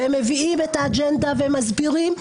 הם מביאים את האג'נדה ומסבירים,